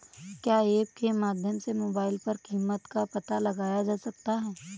क्या ऐप के माध्यम से मोबाइल पर कीमत का पता लगाया जा सकता है?